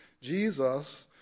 Jesus